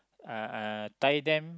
uh uh tie them